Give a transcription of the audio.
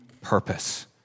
purpose